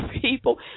people